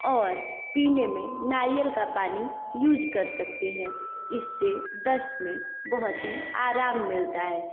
और पीने में नारियल का पानी यूज कर सकते हैं इससे दस्त में बहुत ही आराम मिलता है